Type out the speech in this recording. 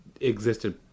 existed